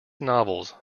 novels